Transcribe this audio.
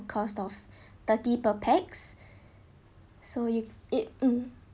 cost of thirty per pax so you it mm